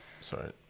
Sorry